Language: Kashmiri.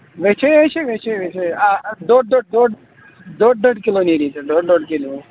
وٮ۪چھٕے ہَے چھِ وٮ۪چھٕے وٮ۪چھے آ ڈۅڈ ڈۅڈ کِلوٗ نیرِ ژٕ ڈۅڈ ڈۅڈ کِلوٗ حظ